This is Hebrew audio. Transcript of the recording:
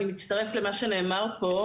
אני מצטרפת למה שנאמר פה,